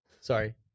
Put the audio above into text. sorry